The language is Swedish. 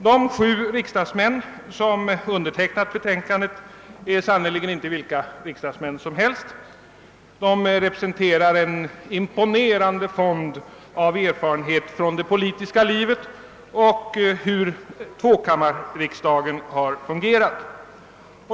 De sju riksdagsmännen som undertecknat betänkandet är sannerligen inte vilka riksdagsmän som helst; de representerar en imponerande fond av erfarenhet från det politiska livet och av hur tvåkammarriksdagen har fungerat.